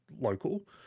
local